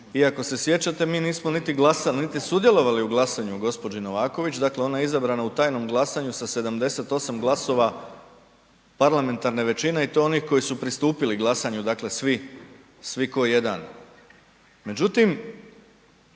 ako se sjećate mi nismo niti glasali, niti sudjelovali u glasanju gospođe Novaković. Dakle ona je izabrana u tajnom glasanju sa 78 glasova parlamentarne većine i to onih koji su pristupili glasanju, dakle svi kao jedan.